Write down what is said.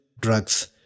drugs